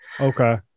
okay